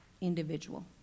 individual